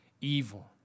evil